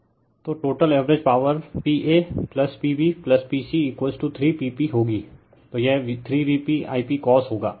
refer slide time 1216 तो total average power P a P b P c 3 P p होगी तो यह 3VpI p cos होगा